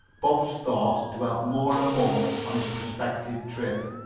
bob's thoughts dwelt more and more on his prospective trip.